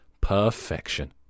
Perfection